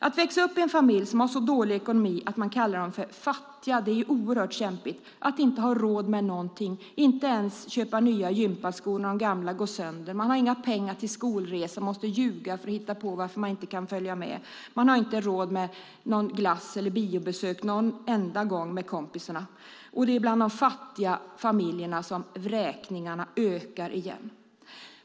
Att växa upp i en familj som har så dålig ekonomi att man kallar dem fattiga är oerhört kämpigt: att inte ha råd med någonting, att inte ens kunna köpa nya gympaskor när de gamla går sönder, att inte ha några pengar till skolresan utan måste ljuga och hitta på varför man inte kan följa med, att inte ha råd med glass eller biobesök med kompisarna någon enda gång. Det är också bland de fattiga familjerna som vräkningarna ökar igen.